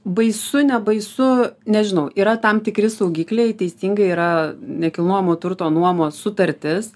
baisu nebaisu nežinau yra tam tikri saugikliai teisingai yra nekilnojamo turto nuomos sutartis